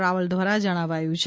રાવલ દ્વારા જણાવાયું છે